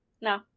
No